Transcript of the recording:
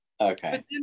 Okay